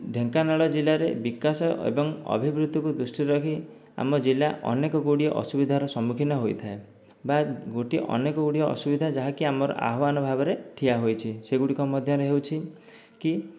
ଢେଙ୍କାନାଳ ଜିଲ୍ଲାରେ ବିକାଶ ଏବଂ ଅଭିବୃଦ୍ଧିକୁ ଦୃଷ୍ଟିରେ ରଖି ଆମ ଜିଲ୍ଲା ଅନେକ ଗୁଡ଼ିଏ ଅସୁବିଧାର ସମ୍ମୁଖୀନ ହୋଇଥାଏ ବା ଗୋଟିଏ ଅନେକ ଗୁଡ଼ିଏ ଅସୁବିଧା ଯାହାକି ଆମର ଆହ୍ୱାନ ଭାବରେ ଠିଆ ହୋଇଛି ସେଗୁଡ଼ିକ ମଧ୍ୟରେ ହେଉଛି କି